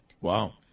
Wow